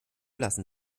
lassen